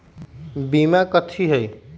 बीमा कथी है?